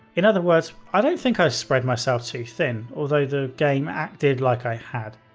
in other words, i don't think i spread myself too thin, although the game acted like i had.